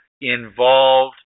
involved